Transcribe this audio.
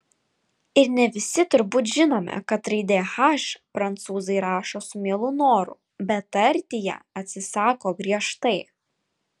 ir ne visi turbūt žinome kad raidę h prancūzai rašo su mielu noru bet tarti ją atsisako griežtai